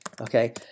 okay